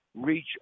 reach